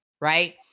Right